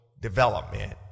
development